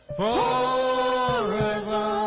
forever